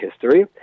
history